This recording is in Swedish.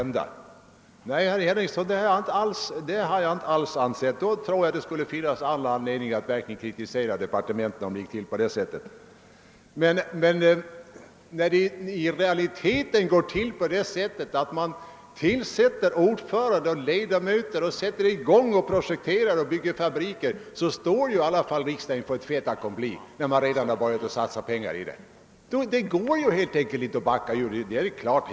Nej, herr Henningsson, det har jag inte alls menat, och om anmärkningen gällde den saken, skulle det verkligen finns anledning att kritisera departementen. När man nu tillsatte ordförande och ledamöter och satte i gång att projektera och bygga fabriker ställdes emellertid riksdagen inför ett fait accompli. Det går helt enkelt inte att backa ur när man redan har satsat pengar i ett projekt.